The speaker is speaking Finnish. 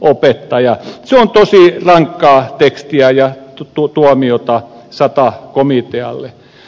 se on tosi rankkaa tekstiä ja tuomiota sata komitealle